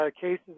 cases